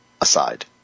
aside